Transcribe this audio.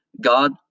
God